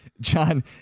John